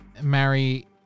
marry